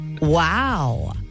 Wow